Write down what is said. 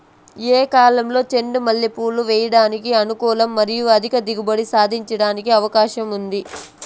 ఏ కాలంలో చెండు మల్లె పూలు వేయడానికి అనుకూలం మరియు అధిక దిగుబడి సాధించడానికి అవకాశం ఉంది?